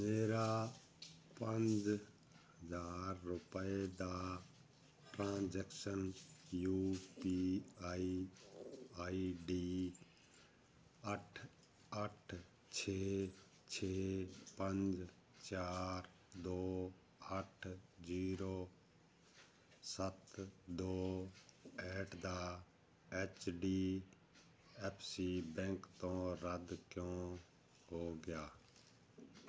ਮੇਰਾ ਪੰਜ ਹਜ਼ਾਰ ਰੁਪਏ ਦਾ transactions U P I I D ਅੱਠ ਅੱਠ ਛੇ ਛੇ ਪੰਜ ਚਾਰ ਦੋ ਅੱਠ ਜ਼ੀਰੋ ਸੱਤ ਦੋ ਐਟ ਦਾ H D F C bank ਤੋਂ ਰੱਦ ਕਿਉਂ ਹੋ ਗਿਆ